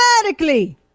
Automatically